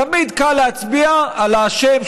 תמיד קל להצביע על האשם,